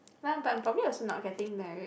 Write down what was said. ya but I'm probably also not getting married